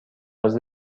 عضو